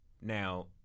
now